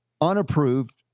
unapproved